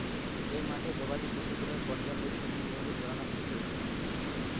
যেই মাঠে গোবাদি পশু গুলার পর্যাবৃত্তিমূলক ভাবে চরানো হচ্ছে